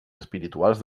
espirituals